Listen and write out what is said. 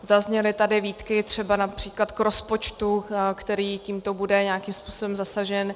Zazněly tady výtky třeba například k rozpočtu, který tímto bude nějakým způsobem zasažen.